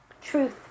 truth